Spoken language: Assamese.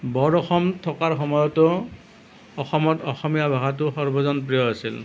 বৰ অসম থকাৰ সময়তো অসমত অসমীয়া ভাষাটো সৰ্বজন প্ৰিয় আছিল